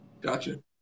Gotcha